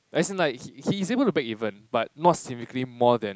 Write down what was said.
as in like he he's able to break even but not significantly more than